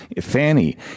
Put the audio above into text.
Fanny